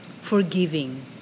forgiving